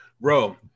Bro